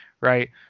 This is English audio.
right